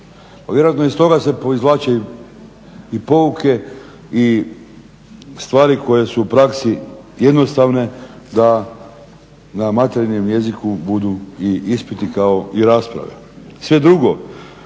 vjerojatno iz toga se izvlači i pouke i stvari koje su u praksi jednostavne da na materinjem jeziku budu i ispiti kao i rasprave. Sve drugo